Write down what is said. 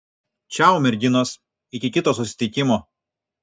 čiau merginos iki kito susitikimo